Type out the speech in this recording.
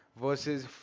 versus